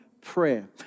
prayer